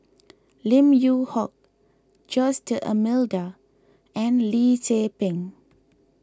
Lim Yew Hock Jose D'Almeida and Lim Tze Peng